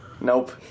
Nope